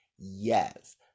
Yes